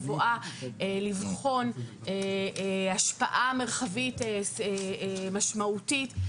בבואה לבחון השפעה מרחבית משמעותית.